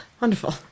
Wonderful